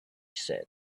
said